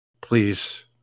Please